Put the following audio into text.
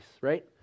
right